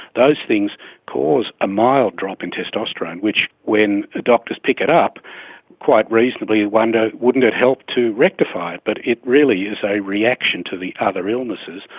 those things cause a mild drop in testosterone which, when doctors pick it up quite reasonably wonder wouldn't it help to rectify it. but it really is a reaction to the other illnesses,